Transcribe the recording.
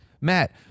Matt